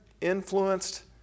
influenced